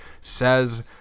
says